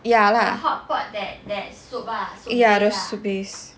ya lah